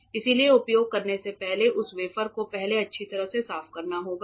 इसलिए उपयोग करने से पहले उस वेफर को पहले अच्छी तरह से साफ करना होगा